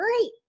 Great